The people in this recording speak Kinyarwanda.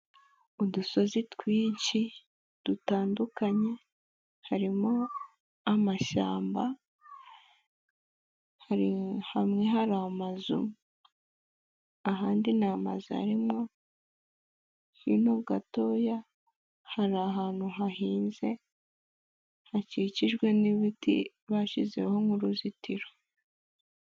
Udusozi twinshi dutandukanye harimo amashyamba, hari hamwe hari amazu ahandi nta mazu arimo, hino gatoya hari ahantu hahinze hakikijwe n'ibiti bashyizeho nk'uruzitiro.